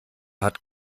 hat